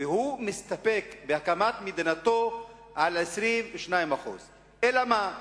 והוא מסתפק בהקמת מדינתו על 22%. אלא מה?